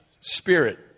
spirit